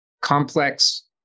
complex